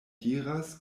diras